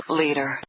leader